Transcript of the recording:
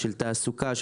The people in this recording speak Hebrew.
של תעסוקה,